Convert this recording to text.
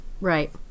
Right